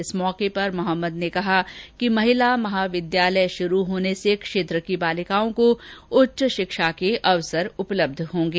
इस मौके पर मोहम्मद ने कहा कि महिला महाविद्यालय शुरु होने से क्षेत्र की बालिकाओं को उच्च शिक्षा के अवसर उपलब्ध होगें